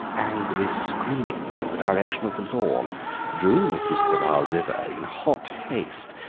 angry screaming from the direction of the lawn drew mrs. quabarl thither in hot haste,